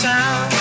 Town